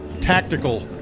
tactical